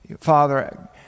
Father